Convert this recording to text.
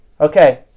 Okay